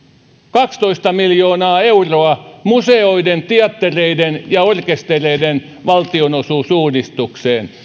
kaksitoista miljoonaa euroa museoiden teattereiden ja orkestereiden valtionosuusuudistukseen